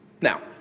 now